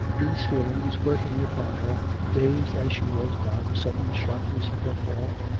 these feelings, working upon her, dazed as she was by the sudden sharpness of her fall,